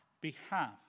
behalf